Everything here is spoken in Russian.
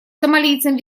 сомалийцам